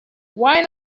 why